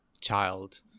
child